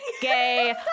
gay